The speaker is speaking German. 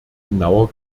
genauer